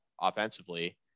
offensively